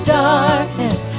darkness